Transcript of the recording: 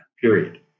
period